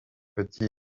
petits